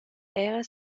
era